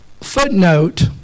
footnote